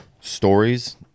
stories